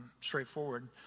straightforward